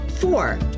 Four